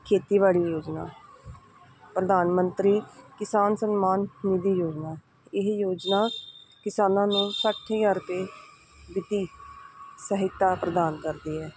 ਖੇਤੀਬਾੜੀ ਯੋਜਨਾ ਪ੍ਰਧਾਨ ਮੰਤਰੀ ਕਿਸਾਨ ਸਨਮਾਨ ਨਿਧੀ ਯੋਜਨਾ ਇਹ ਯੋਜਨਾ ਕਿਸਾਨਾਂ ਨੂੰ ਸੱਠ ਹਜ਼ਾਰ ਰੁਪਏ ਵਿੱਤੀ ਸਹਾਇਤਾ ਪ੍ਰਦਾਨ ਕਰਦੀ ਹੈ